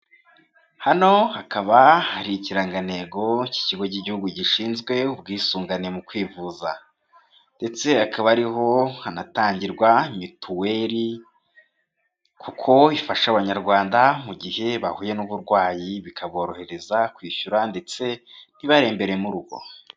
Hano hakaba hari ikirangantego cy'ikigo cy'igihugu gishinzwe ubwisungane mu kwivuza ndetse akaba ariho hanatangirwa mituweli, kuko ifasha abanyarwanda mu gihe bahuye n'uburwayi, bikaborohereza kwishyura ndetse ntibarembere mu rugo.